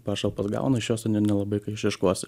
pašalpas gauna iš jos i ne nelabai ką išieškosi